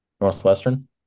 Northwestern